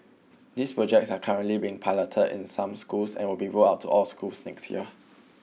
these projects are currently being piloted in some schools and will be rolled out to all schools next year